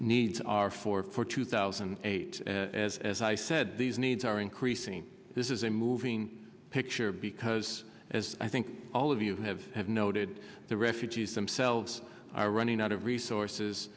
needs are for for two thousand and eight as as i said these needs are increasing this is a moving picture because as i think all of you have have noted the refugees themselves are running out of resources